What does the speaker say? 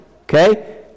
okay